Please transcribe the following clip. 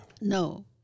No